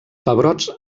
pebrots